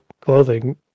clothing